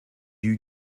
you